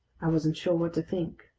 i wasn't sure what to think,